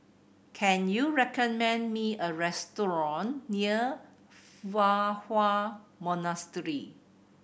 can you recommend me a restaurant near Fa Hua Monastery